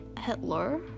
Hitler